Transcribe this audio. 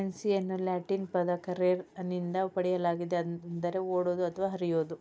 ಕರೆನ್ಸಿಯನ್ನು ಲ್ಯಾಟಿನ್ ಪದ ಕರ್ರೆರೆ ನಿಂದ ಪಡೆಯಲಾಗಿದೆ ಅಂದರೆ ಓಡುವುದು ಅಥವಾ ಹರಿಯುವುದು